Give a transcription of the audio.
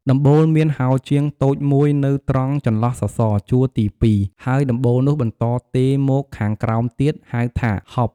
ដំបូលមានហោជាងតូចមួយនៅត្រង់ចន្លោះសសរ ជួរទី២ ហើយដំបូលនោះបន្តទេរមកខាងក្រោមទៀត ហៅថា “ហប់” ។